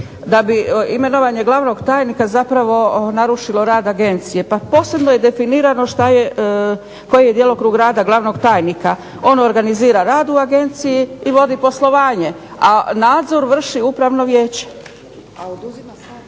da bi imenovanje glavnog tajnika zapravo narušilo rad agencije. Pa posebno je definirano koji je djelokrug rada glavnog tajnika. On organizira rad u Agenciji i vodi poslovanje, a nadzor vrši upravno vijeće.